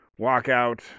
walkout